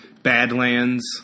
Badlands